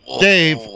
Dave